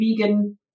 vegan